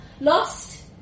lost